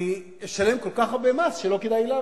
אני אשלם כל כך הרבה מס שלא כדאי לי לעבוד.